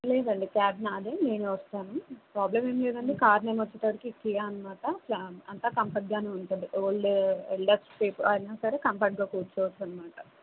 లేదండి క్యాబ్ నాదే నేను వస్తాను ప్రాబ్లెమ్ ఏం లేదండి కార్ నేమ్ వచ్చేసరికి కియా అనమాట అంతా కంఫర్ట్గానే ఉంటుంది ఓన్లీ ఎల్దెర్స్ అయినా సరే కంఫర్ట్గా కూర్చోవచ్చు అనమాట